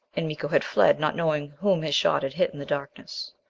and miko had fled, not knowing whom his shot had hit in the darkness.